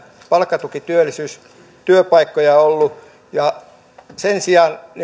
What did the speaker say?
palkkatukityöllisyystyöpaikkoja ollut viidentoistatuhannen vähemmän ja sen sijaan